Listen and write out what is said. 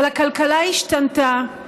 אבל הכלכלה השתנתה.